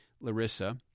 Larissa